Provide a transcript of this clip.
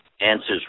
answers